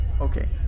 Okay